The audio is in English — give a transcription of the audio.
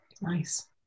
Nice